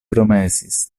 promesis